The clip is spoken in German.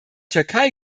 türkei